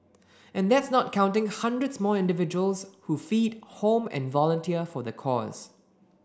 and that's not counting hundreds more individuals who feed home and volunteer for the cause